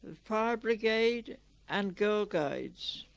fire brigade and girl guides